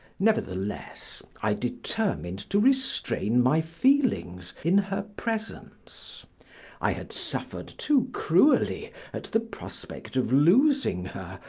nevertheless, i determined to restrain my feelings in her presence i had suffered too cruelly at the prospect of losing her,